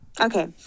okay